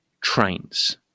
trains